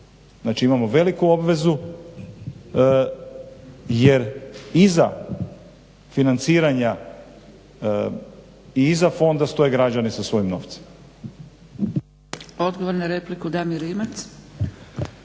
Znači, imamo veliku obvezu jer iza financiranja i iza fonda stoje građani sa svojim novcem.